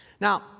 Now